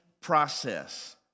process